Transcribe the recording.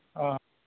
ᱚᱻ